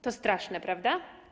To straszne, prawda?